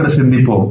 சற்று சிந்திப்போம்